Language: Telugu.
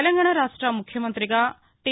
తెలంగాణా రాష్ట్ర ముఖ్యమంతిగా టి